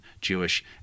Jewish